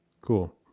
Cool